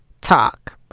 talk